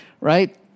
Right